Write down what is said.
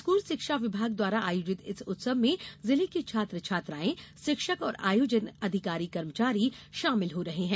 school शिक्षा विभाग द्वारा आयोजित इस उत्सव में जिलों के छात्र छात्राएं शिक्षक और आयोजक अधिकारीकर्मचारी शामिल हो रहे हैं